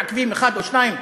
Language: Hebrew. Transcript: מעכבים אחד או שניים?